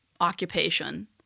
occupation